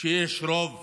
שיש רוב